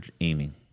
aiming